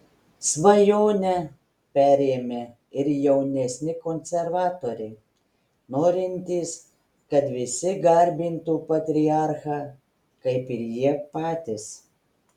svajonę perėmė ir jaunesni konservatoriai norintys kad visi garbintų patriarchą kaip ir jie patys